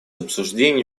обсуждения